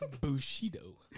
bushido